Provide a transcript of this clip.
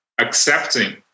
accepting